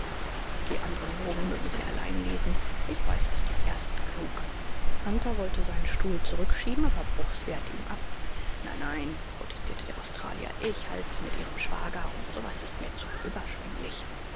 die anderen bogen mögen sie allein lesen ich weiß aus dem ersten genug hunter wollte seinen stuhl zurückschieben aber bruchs wehrte ihm ab nein nein protestierte der australier ich halt's mit ihrem schwager und so was ist mir zu überschwenglich